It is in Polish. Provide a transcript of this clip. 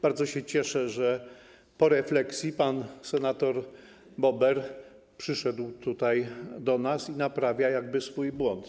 Bardzo się cieszę, że po refleksji pan senator Bober przyszedł do nas i naprawia jakby swój błąd.